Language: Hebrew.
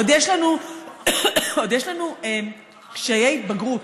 עוד יש לנו קשיי התבגרות.